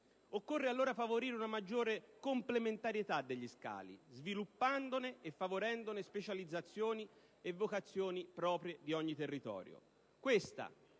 Occorre, allora, favorire una maggiore complementarietà degli scali sviluppandone e favorendone specializzazioni e vocazioni proprie di ogni territorio.